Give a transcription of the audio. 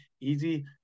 easy